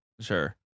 Sure